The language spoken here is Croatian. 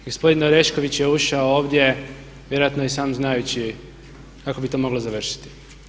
Gospodin Orešković je ušao ovdje, vjerojatno i sam znajući kako bi to moglo završiti.